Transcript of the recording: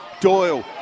Doyle